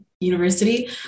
university